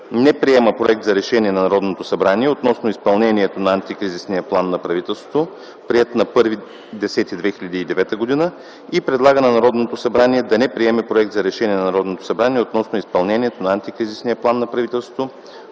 Не приема Проекта за решение на Народното събрание относно изпълнението на Антикризисния план на правителството, приет на 1.10.2009 г. и предлага на Народното събрание да не приеме Проекта за решение на Народното събрание относно изпълнението на Антикризисния план на правителството,